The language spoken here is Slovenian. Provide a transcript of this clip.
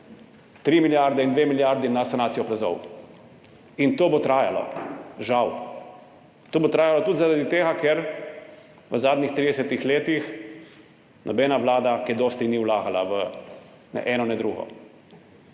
3 milijarde in 2 milijardi na sanacijo plazov. In to bo trajalo. Žal. To bo trajalo tudi zaradi tega, ker v zadnjih 30 letih nobena vlada kaj dosti ni vlagala ne v eno ne v drugo.